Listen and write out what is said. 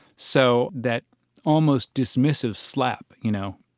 so that almost dismissive slap, you know,